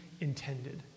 intended